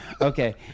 okay